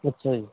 ਅੱਛਾ ਜੀ